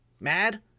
Mad